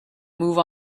move